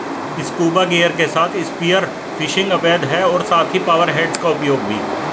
scuba gear के साथ spear fishing अवैध है और साथ ही पावर हेड्स का उपयोग भी